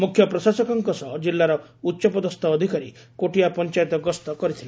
ମୁଖ୍ୟ ପ୍ରଶାସକଙ୍କ ସହ ଜିଲ୍ଲାର ଉଚ୍ଚପଦସ୍ ଅଧିକାରୀ କୋଟିଆ ପଞାୟତ ଗସ୍ତ କରିଥିଲେ